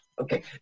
Okay